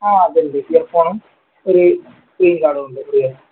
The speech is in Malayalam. ആ അതുണ്ട് ഇയർ ഫോണും ഒരു സ്ക്രീൻ ഗാർഡുമുണ്ട് കൂടെ